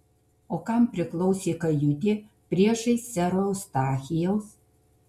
o kam priklausė kajutė priešais sero eustachijaus